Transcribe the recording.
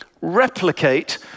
replicate